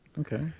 Okay